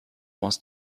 was